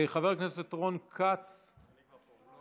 חבר הכנסת רון כץ, אני כבר פה.